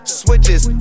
switches